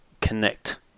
connect